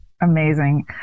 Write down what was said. Amazing